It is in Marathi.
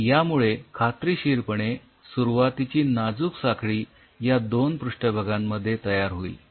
आणि यामुळे खात्रीशीरपणे सुरुवातीची नाजूक साखळी या दोन पृष्ठभागांमध्ये तयार होईल